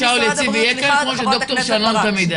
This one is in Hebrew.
אני זוכרת שהתעקשתי ששאול יציב יהיה כאן כמו שדוקטור שנון היה תמיד.